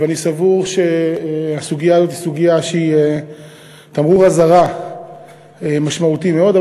ואני סבור שהסוגיה הזאת היא תמרור אזהרה משמעותי מאוד.